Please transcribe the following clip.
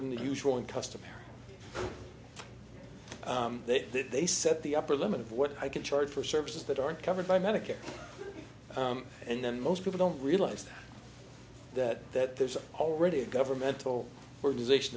than usual and customary that they set the upper limit of what i can charge for services that aren't covered by medicare and then most people don't realize that that there's already a governmental organization